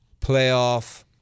playoff